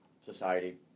society